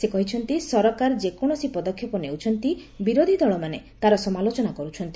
ସେ କହିଛନ୍ତି ସରକାର ଯେକୌଣସି ପଦକ୍ଷେପ ନେଉଛନ୍ତି ବିରୋଧୀ ଦଳମାନେ ତାର ସମାଲୋଚନା କରୁଛନ୍ତି